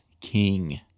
king